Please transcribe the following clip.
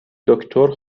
دکتر